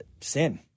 sin